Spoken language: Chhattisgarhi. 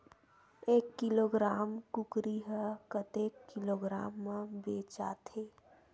एक किलोग्राम कुकरी ह कतेक किलोग्राम म बेचाथे?